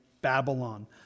Babylon